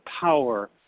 power